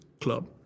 club